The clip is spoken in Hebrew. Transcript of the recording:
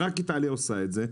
רק איטליה עושה את זה.